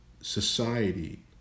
society